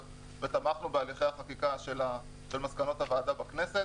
בהליכי החקיקה של מסקנות הוועדה בכנס.